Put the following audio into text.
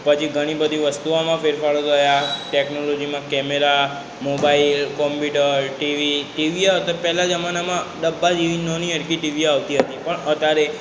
પછી ઘણી બધી વસ્તુઓમાં ફેરફારો થયા ટેક્નોલોજીમાં camera mobile computer TV TV પહેલાના જમાનામાં ડબ્બા જેવી નાની સરખી ટીવી આવતી હતી અત્યારે